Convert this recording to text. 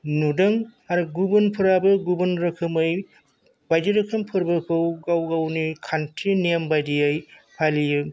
नुदों आरो गुबुनफोराबो गुबुन रोखोमै बायदि रोखोम फोरबोखौ गाव गावनि खान्थि नेम बायदियै फालियो